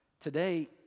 today